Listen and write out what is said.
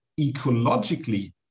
ecologically